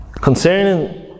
concerning